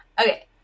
Okay